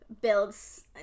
builds